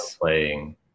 playing